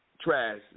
trash